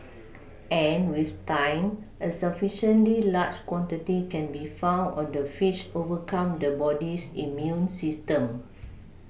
and with time a sufficiently large quantity can be found on the fish overcome the body's immune system